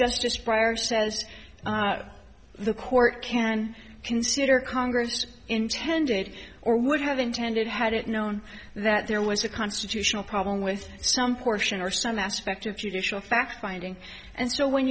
justice prior says the court can consider congress intended or would have intended had it known that there was a constitutional problem with some portion or some aspect of judicial fact finding and so when